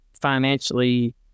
financially